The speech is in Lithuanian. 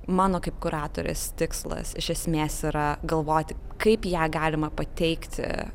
mano kaip kuratorės tikslas iš esmės yra galvoti kaip ją galima pateikti